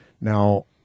now